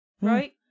Right